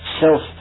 self